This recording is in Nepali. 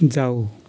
जाऊ